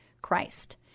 Christ